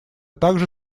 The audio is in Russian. также